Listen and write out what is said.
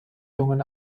jungen